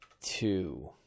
Two